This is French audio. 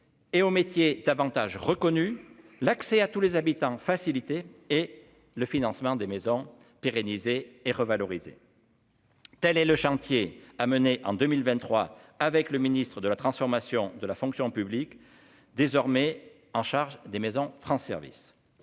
et au métier davantage reconnu l'accès à tous les habitants facilité et le financement des maisons pérenniser et revalorisée. Telle est le chantier à mener en 2023 avec le ministre de la transformation de la fonction publique, désormais en charge des maisons rends service